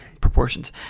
proportions